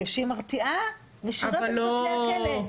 שהיא מרתיעה ושהיא לא בין כתלי הכלא,